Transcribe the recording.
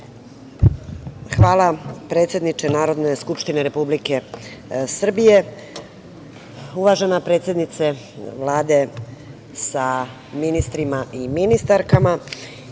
Hvala predsedniče Narodne skupštine Republike Srbije. Uvažena predsednice Vlade sa ministrima i ministarkama,